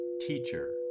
teacher